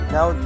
Now